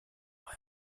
eure